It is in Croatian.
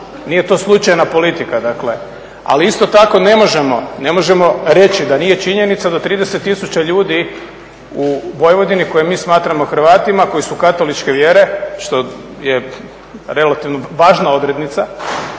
nije to slučajna politika, dakle, ali isto tako ne možemo reći da nije činjenica da 30 tisuća ljudi u Vojvodini koje mi smatramo Hrvatima, koji su katoličke vjere, što je relativno važna odrednica,